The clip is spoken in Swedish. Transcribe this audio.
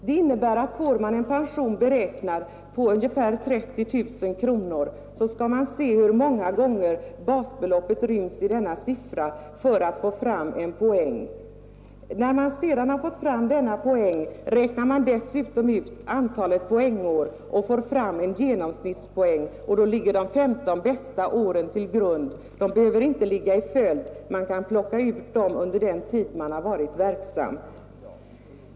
Det innebär att för en pension beräknad på ungefär 30 000 kronor skall man se efter hur många gånger basbeloppet ryms i denna siffra för att få fram en poäng. När man har gjort det räknar man dessutom ut antalet poängår och får fram genomsnittspoäng, och då ligger de 15 bästa åren till grund. De behöver inte komma i följd, utan man kan plocka ut dem under den tid man har varit verksam.